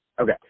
Okay